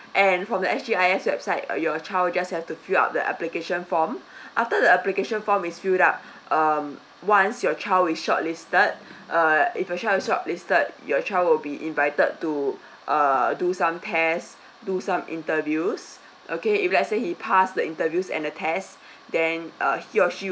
and from the S G I S website uh your child just have to fill up the application form after the application form is fill up um once your child is shortlisted uh if your child is shortlisted your child will be invited to err do some tests do some interviews okay if let's say he pass the interviews and the test then err he or she